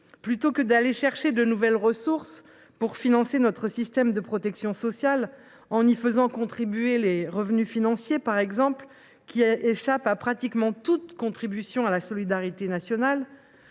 Plutôt qu’aller chercher de nouvelles ressources pour financer notre système de protection sociale, en faisant par exemple contribuer les revenus financiers, qui échappent pratiquement à toute contribution à la solidarité nationale,